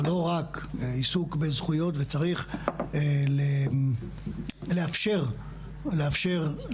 אלא עיסוק בזכויות וכמובן שצריך לאפשר לנשים